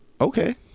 Okay